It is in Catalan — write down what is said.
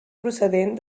procedent